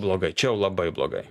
blogai čia jau labai blogai